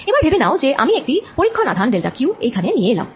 এবার ভেবে নাও যে আমি একটি পরীক্ষণ আধান ডেল্টা Q এখানে নিয়ে এলাম